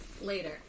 Later